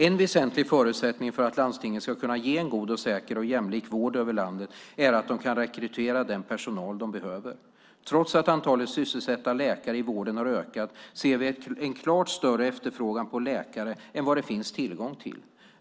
En väsentlig förutsättning för att landstingen ska kunna ge en god, säker och jämlik vård över landet är att de kan rekrytera den personal de behöver. Trots att antalet sysselsatta läkare i vården har ökat, ser vi en klart större efterfrågan på läkare än vad det finns tillgång till.